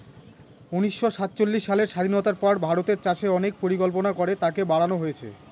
উনিশশো সাতচল্লিশ সালের স্বাধীনতার পর ভারতের চাষে অনেক পরিকল্পনা করে তাকে বাড়নো হয়েছে